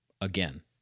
Again